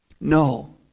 No